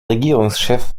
regierungschef